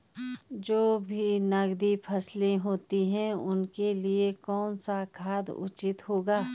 जो भी नकदी फसलें होती हैं उनके लिए कौन सा खाद उचित होगा?